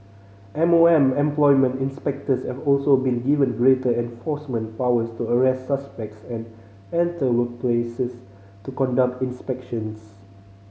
M O M employment inspectors have also been given greater enforcement powers to arrest suspects and enter workplaces to conduct inspections